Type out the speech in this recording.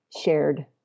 shared